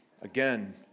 again